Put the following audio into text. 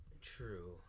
True